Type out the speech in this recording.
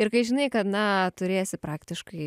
ir kai žinai kad na turėsi praktiškai